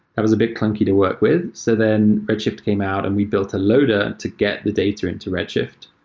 that was a bit clunky to work with. so then redshift came out and we built a loader to get the data into redshift.